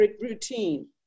routine